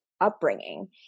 upbringing